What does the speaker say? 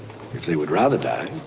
if they would rather die,